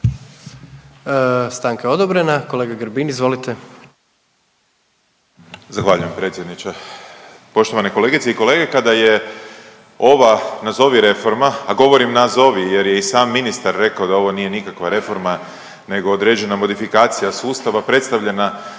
Stanka je odobrena. Kolega Grbin izvolite. **Grbin, Peđa (SDP)** Zahvaljujem predsjedniče. Poštovani kolegice i kolege kada je ova nazovi reforma, govorim nazovi jer je i sam ministar rekao da ovo nije nikakva reforma nego određena modifikacija sustava predstavljena